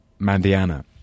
Mandiana